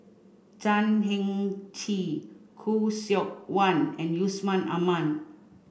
Chan Heng Chee Khoo Seok Wan and Yusman Aman